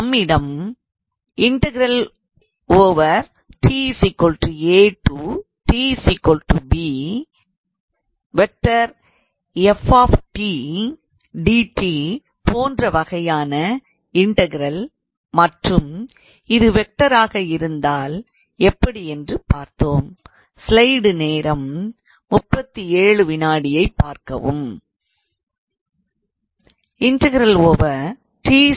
நம்மிடம் dt போன்ற வகையான இன்டகரல் மற்றும் இது வெக்டாராக இருந்தால் எப்படியென்று பார்த்தோம்